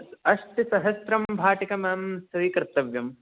अष्टसहस्रं भाटकं अहं स्वीकर्तव्यं